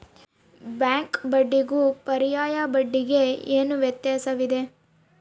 Bank ಬಡ್ಡಿಗೂ ಪರ್ಯಾಯ ಬಡ್ಡಿಗೆ ಏನು ವ್ಯತ್ಯಾಸವಿದೆ?